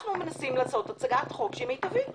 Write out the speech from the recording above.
אנחנו מנסים לעשות הצעת חוק שהיא מיטבית,